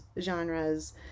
genres